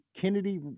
Kennedy